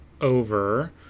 over